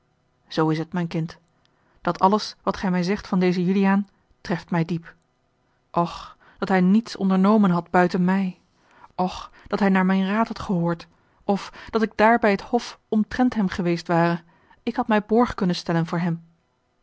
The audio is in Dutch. zoo is het mijn kind dat alles wat gij mij zegt van dezen juliaan treft mij diep och dat hij nietwes ondernomen had buiten mij och dat hij naar mijn raad had gehoord of dat ik dààr bij het hof omtrent hem geweest ware ik had mij borg konnen stellen voor hem